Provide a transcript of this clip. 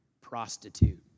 prostitute